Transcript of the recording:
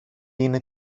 είναι